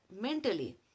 mentally